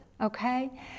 okay